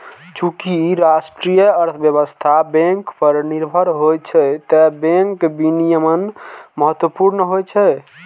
चूंकि राष्ट्रीय अर्थव्यवस्था बैंक पर निर्भर होइ छै, तें बैंक विनियमन महत्वपूर्ण होइ छै